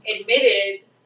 admitted